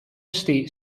state